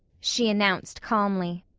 she announced calmly.